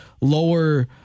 lower